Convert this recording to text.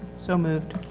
so moved.